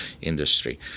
industry